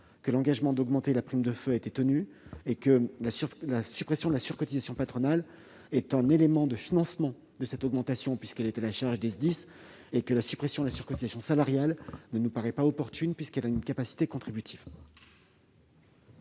que l'engagement d'augmenter la prime de feu a été tenu, que la suppression de la surcotisation patronale est un élément de financement de cette augmentation, qui est à la charge des SDIS, et que la suppression de la surcotisation salariale ne nous paraît pas opportune, compte tenu de sa dimension contributive.